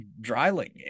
Dryling